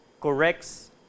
corrects